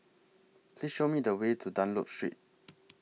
Please Show Me The Way to Dunlop Street